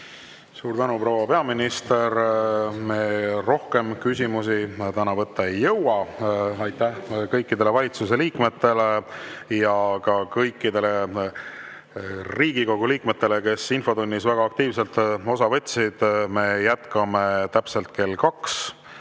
Suur tänu, proua peaminister! Rohkem küsimusi me täna võtta ei jõua. Aitäh kõikidele valitsuse liikmetele ja ka kõikidele Riigikogu liikmetele, kes infotunnist väga aktiivselt osa võtsid! Me jätkame täpselt kell 2